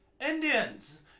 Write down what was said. Indians